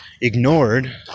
ignored